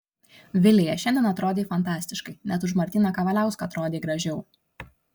vilija šiandien atrodei fantastiškai net už martyną kavaliauską atrodei gražiau